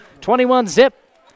21-zip